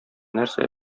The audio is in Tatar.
нәрсә